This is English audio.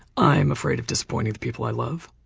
i'm afraid of disappointing the people i love.